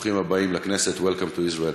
ברוכים הבאים לכנסת, Welcome to Israel.